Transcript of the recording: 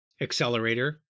accelerator